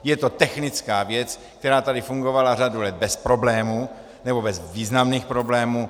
Je to technická věc, která tady fungovala řadu let bez problémů, nebo bez významných problémů.